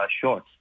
short